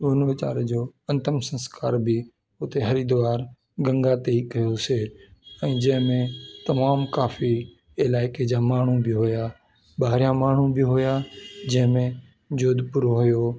उन वीचारे जो अंतम संस्कार बि उते हरिद्वार गंगा ते ई कयोसीं ऐं जंहिंमें तमामु काफी इलाइके जा माण्हू बि हुया ॿाहिरा माण्हू बि हुया जंहिंमें जोधपुर हुयो